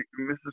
Mrs